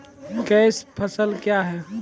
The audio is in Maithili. कैश फसल क्या हैं?